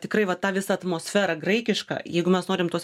tikrai va ta visa atmosfera graikiška jeigu mes norim tuos